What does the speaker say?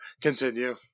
Continue